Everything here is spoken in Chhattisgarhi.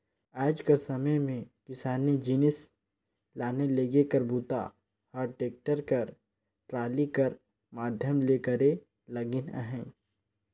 आएज कर समे मे किसानी जिनिस लाने लेगे कर बूता ह टेक्टर कर टराली कर माध्यम ले करे लगिन अहे